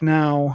now